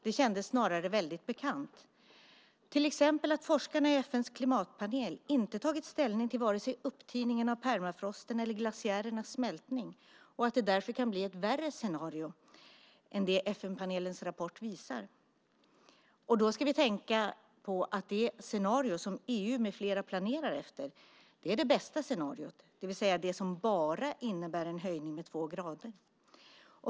Det kändes snarare väldigt välbekant, till exempel att forskarna i FN:s klimatpanel inte har tagit ställning till vare sig upptiningen av permafrosten eller glaciärernas smältning och att det därför kan bli ett värre scenario än det som FN-panelens rapport visar på. Då ska vi betänka att det scenario som EU med flera planerar efter är det bästa scenariot, det vill säga det som innebär en höjning med bara 2 grader.